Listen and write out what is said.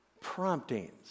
promptings